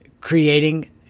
creating